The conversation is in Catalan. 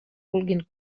vulguin